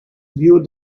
view